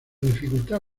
dificultad